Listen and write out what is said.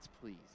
please